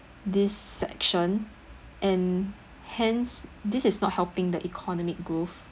this section and hence this is not helping the economic growth